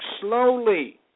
slowly